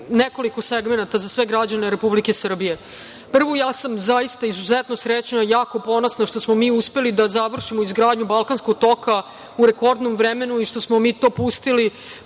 nekoliko segmenata za sve građane Republike Srbije. Prvo, izuzetno sam srećna i jako ponosna što smo mi uspeli da završimo izgradnju „Balkanskog toka“ u rekordnom vremenu i što smo mi to pustili